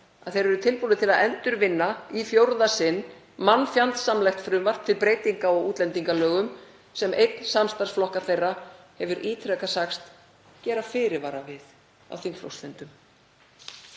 að þeir eru tilbúnir til að endurvinna í fjórða sinn mannfjandsamlegt frumvarp til breytinga á útlendingalögum sem einn samstarfsflokka þeirra hefur ítrekað sagst gera fyrirvara við á þingflokksfundum.